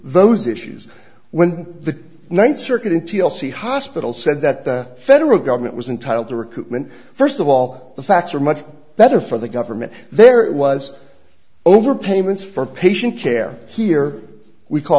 those issues when the ninth circuit in t l c hospital said that the federal government was entitled to recruitment first of all the facts are much better for the government there was over payments for patient care here we call